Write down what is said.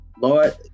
Lord